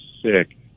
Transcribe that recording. sick